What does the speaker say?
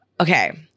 okay